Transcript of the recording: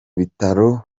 bitaro